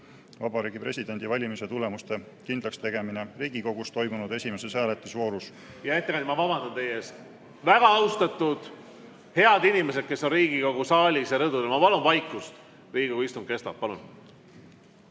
"Vabariigi Presidendi valimise tulemuste kindlakstegemine Riigikogus toimunud esimeses hääletusvoorus." Hea ettekandja, ma vabandan teie ees! Väga austatud head inimesed, kes on Riigikogu saalis ja rõdudel, ma palun vaikust! Riigikogu istung kestab. Palun!